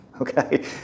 Okay